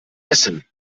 essen